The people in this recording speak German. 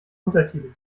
untertitel